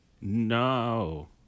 no